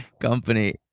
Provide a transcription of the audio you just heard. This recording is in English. company